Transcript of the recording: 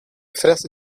frase